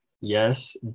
yes